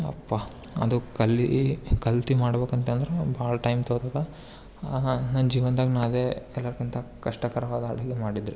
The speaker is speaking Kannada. ಅಪ್ಪ ಅದು ಕಲಿ ಕಲ್ತು ಮಾಡ್ಬೇಕಂತ ಅಂತಂದರೆ ಭಾಳ ಟೈಮ್ ತಗೋತದೆ ನನ್ನ ಜೀವನ್ದಾಗೆ ಅದೇ ಎಲ್ಲರ್ಕಿಂತ ಕಷ್ಟಕರವಾದ ಅಡಿಗೆ ಮಾಡಿದ್ರಿ